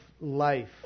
life